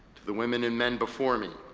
to the women and men before me.